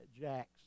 Jack's